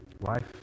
Life